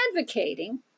advocating